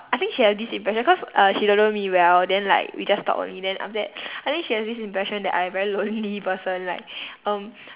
I think she have this impression cause uh she don't know me well then like we just talk only then after that I think she has this impression that I'm a very lonely person like um